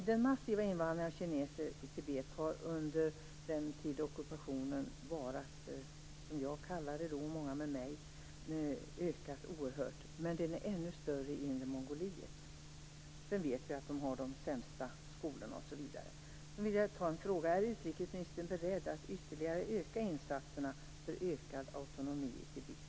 Den massiva invandringen av kineser i Tibet har under den tid som ockupationen - det är vad jag och många med mig kallar detta för - varat ökat oerhört. Men den är ännu större i Inre Mongoliet. Vi vet ju också att man där har de sämsta skolorna osv. Jag har en fråga: Är utrikesministern beredd att ytterligare öka insatserna för ökad autonomi i Tibet?